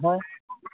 ᱦᱚᱭ